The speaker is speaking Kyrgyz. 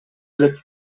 элек